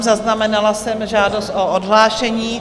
Zaznamenala jsem žádost o odhlášení.